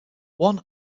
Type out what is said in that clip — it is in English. one